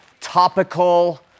topical